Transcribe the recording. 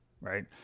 right